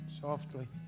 softly